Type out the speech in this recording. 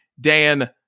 Dan